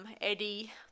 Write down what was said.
Eddie